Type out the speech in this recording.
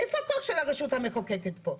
איפה הצד של הרשות המחוקקת פה?